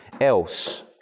else